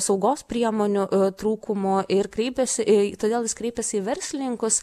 saugos priemonių trūkumu ir kreipėsi į todėl jis kreipėsi į verslininkus